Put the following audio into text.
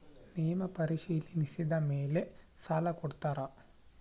ನೇವು ಪರಿಶೇಲಿಸಿದ ಮೇಲೆ ಸಾಲ ಕೊಡ್ತೇರಾ?